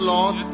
Lord